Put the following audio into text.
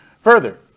Further